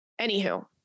Anywho